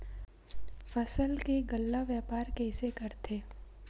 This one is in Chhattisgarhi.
फसल के गल्ला व्यापार कइसे करथे?